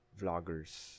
vloggers